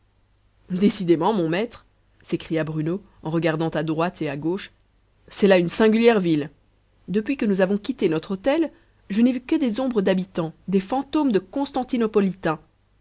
décidément mon maître s'écria bruno en regardant à droite et à gauche c'est là une singulière ville depuis que nous avons quitté notre hôtel je n'ai vu que des ombres d'habitants des fantômes de